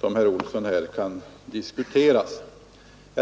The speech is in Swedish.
som enligt herr Olsson i Kil kan diskuteras.